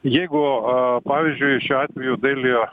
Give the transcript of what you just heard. jeigu a pavyzdžiui šiuo atveju dailiojo